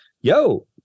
yo